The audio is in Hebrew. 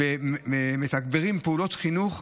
אנו מתגברים פעולות חינוך,